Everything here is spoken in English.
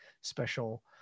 special